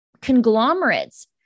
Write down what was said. conglomerates